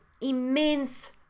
immense